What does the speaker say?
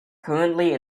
currently